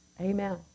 Amen